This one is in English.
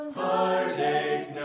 heartache